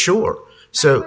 sure so